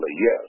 Yes